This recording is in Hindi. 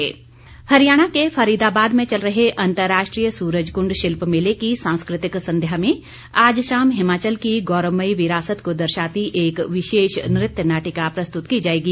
सूरजकंड हरियाणा के फरीदाबाद में चल रहे अंतर्राष्ट्रीय सुरजकुंड शिल्प मेले की सांस्कृतिक संध्या में आज शाम हिमाचल की गौरवमयी विरासत को दर्शाती एक विशेष नृत्य नाटिका प्रस्तृत की जाएगी